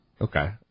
Okay